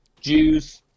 jews